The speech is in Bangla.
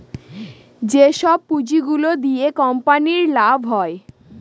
যেসব পুঁজি গুলো দিয়া কোম্পানির লাভ হয়